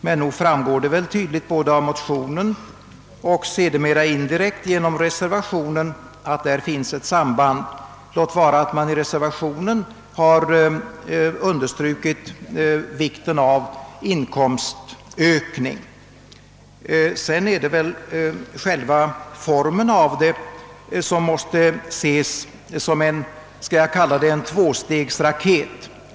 Men nog framgår det väl tydligt både av motionen och reservationen att det föreligger ett så dant samband, låt vara att man i reservationen understrukit vikten av en inkomstökning. Sedan är det väl så att själva den form förslaget fått måste ses som en, skall jag kalla det tvåstegsraket.